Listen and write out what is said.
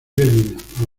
birmingham